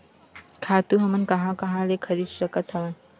खातु हमन कहां कहा ले खरीद सकत हवन?